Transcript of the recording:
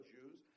Jews